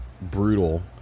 brutal